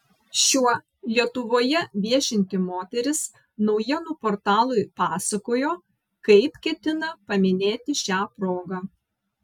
šiuo lietuvoje viešinti moteris naujienų portalui pasakojo kaip ketina paminėti šią progą